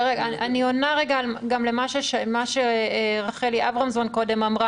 אני עונה גם על מה שרחלי אברמזון אמרה